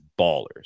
Ballers